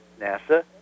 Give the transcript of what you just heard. NASA